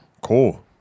Cool